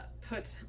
put